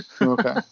Okay